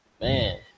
Man